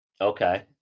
okay